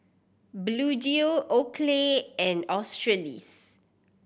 Bluedio Oakley and Australis